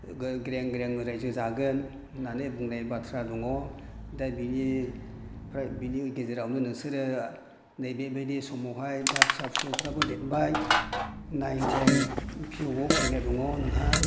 ग्रें ग्रें रायजो जागोन होननानै बुंनाय बाथ्रा दङ दा बिनिफ्राय बिनि गेजेरावनो नोंसोरो नैबेबादि समावहाय दा फिसा फिसौफ्राबो देदबाय नाइन टेन पि इउ बो फरायनाय दङ नोंहा